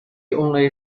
only